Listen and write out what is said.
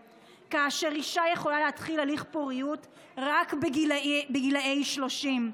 כאשר אישה יכולה להתחיל הליך פוריות רק בגילאי 30,